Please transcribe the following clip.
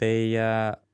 tai